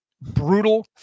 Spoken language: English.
brutal